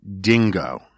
Dingo